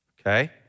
okay